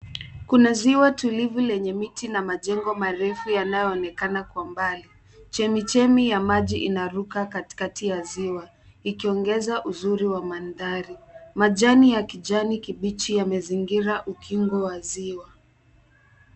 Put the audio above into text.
Kuna ziwa tulivu lenye miti na majengo marefu yanayoonekana kwa mbali. Chemichemi ya maji inaruka katikati ya ziwa, ikiongeza uzuri wa mandhari. Majani ya kijani kibichi yamezingira ukingo wa ziwa.